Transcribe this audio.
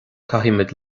caithfimid